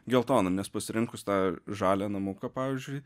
geltoną nes pasirinkus tą žalią namuką pavyzdžiui